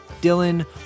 Dylan